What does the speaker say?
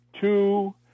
two